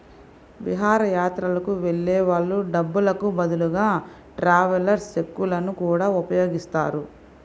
విహారయాత్రలకు వెళ్ళే వాళ్ళు డబ్బులకు బదులుగా ట్రావెలర్స్ చెక్కులను గూడా ఉపయోగిస్తారు